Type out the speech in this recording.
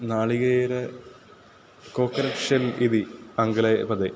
नालिकेरं कोकरक्षन् इति आङ्ग्ले पदे